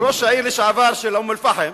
ראש העיר לשעבר של אום-אל-פחם,